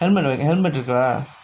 helmet helmet இருக்கா:irukkaa